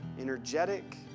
energetic